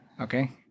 Okay